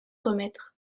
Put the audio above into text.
remettre